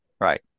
Right